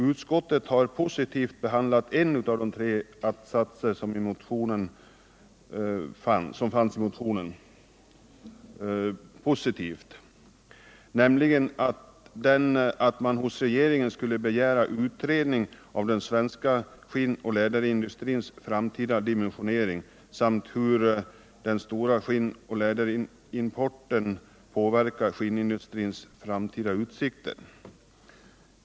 Utskottet har positivt behandlat en av de tre attsatser som fanns i motionen, nämligen att man hos regeringen skulle begära utredning om den svenska skinnoch läderindustrins framtida dimensionering samt om hur den stora skinnoch läderimporten påverkar skinnin dustrins framtida utsikter.